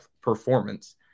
performance